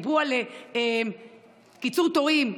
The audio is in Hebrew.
דיברו על קיצור תורים,